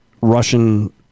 Russian